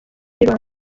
rwanda